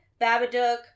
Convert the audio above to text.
Babadook